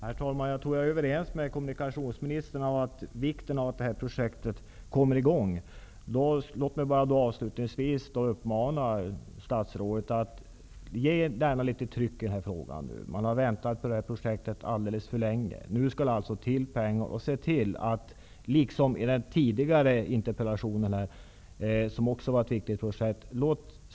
Herr talman! Jag är överens med kommunikationsministern om vikten av att det här projektet kommer i gång. Låt mig avslutningsvis uppmana statsrådet att trycka på i den här frågan, för man har väntat på det här projektet alldeles för länge. Nu skall pengarna till. Den föregående interpellationsdebatten handlade också om ett viktigt Norrlandsprojekt.